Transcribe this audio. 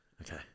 Okay